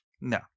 No